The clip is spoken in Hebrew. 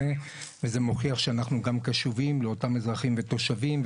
וזה מוכיח שאנחנו גם קשובים לאותם אזרחים ותושבים,